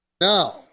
Now